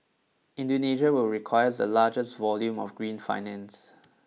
Indonesia will require the largest volume of green finance